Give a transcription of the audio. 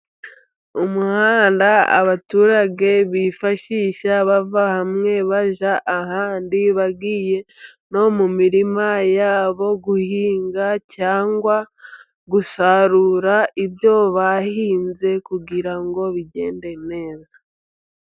Umuhanda abaturage bifashisha bava hamwe bajya ahandi, bagiye no mu mirima yabo guhinga cyangwa gusarura ibyo bahinze, kugira ngo bigende neza.